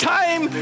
time